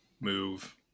move